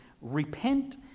repent